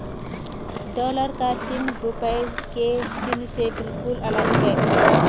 dollar का चिन्ह रूपए के चिन्ह से बिल्कुल अलग है